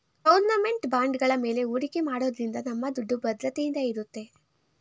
government ಬಾಂಡ್ಗಳ ಮೇಲೆ ಹೂಡಿಕೆ ಮಾಡೋದ್ರಿಂದ ನಮ್ಮ ದುಡ್ಡು ಭದ್ರತೆಯಿಂದ ಇರುತ್ತೆ